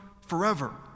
forever